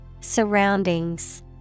Surroundings